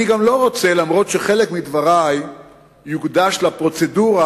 למרות שחלק מדברי יוקדשו לפרוצדורה,